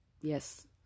Yes